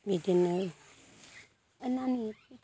बिदिनो ऐ नानि